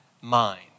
mind